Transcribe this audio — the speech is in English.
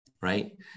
right